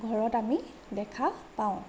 ঘৰত আমি দেখা পাওঁ